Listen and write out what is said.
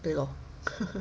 对咯